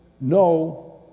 no